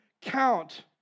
count